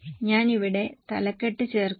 ഞാൻ ഇവിടെ തലക്കെട്ട് ചേർക്കുന്നു